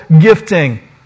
gifting